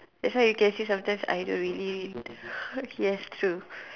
that's why you can say sometimes I don't really yes true